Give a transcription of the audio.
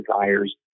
desires